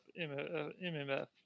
MMF